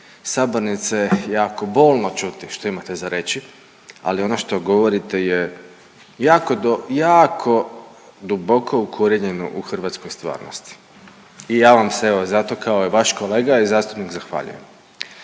sabornice jako bolno čuti što imate za reći, ali ono što govorite je jako, jako duboko ukorijenjeno u hrvatskoj stvarnosti i ja vam se evo zato kao i vaš kolega i zastupnik zahvaljujem.